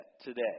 today